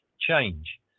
change